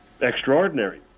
extraordinary